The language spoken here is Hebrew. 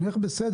חונך זה בסדר,